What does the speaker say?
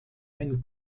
ein